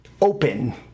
open